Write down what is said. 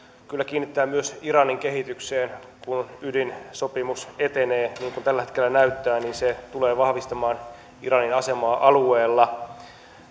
kyllä kiinnittää myös iranin kehitykseen kun ydinsopimus etenee niin kuin tällä hetkellä näyttää se tulee vahvistamaan iranin asemaa alueella